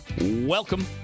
Welcome